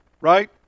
right